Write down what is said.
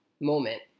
moment